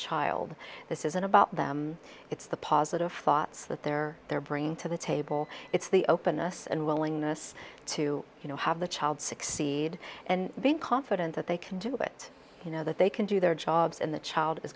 child this isn't about them it's the positive thoughts that they're they're bringing to the table it's the openness and willingness to you know have the child succeed and being confident that they can do it you know that they can do their jobs in the child is